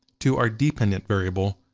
to our dependent variable,